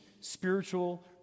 spiritual